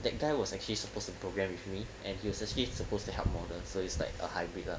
that guy was actually supposed to programme with me and he was actually supposed to help model so it's like a hybrid lah